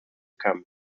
come